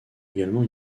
également